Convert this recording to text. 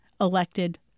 elected